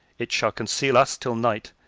it shall conceal us till night,